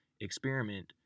experiment